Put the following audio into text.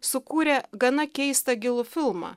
sukūrė gana keistą gilų filmą